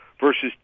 versus